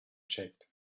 checked